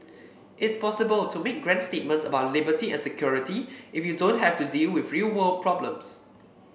it's possible to make grand statements about liberty and security if you don't have to deal with real world problems